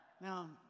Now